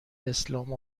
اسلام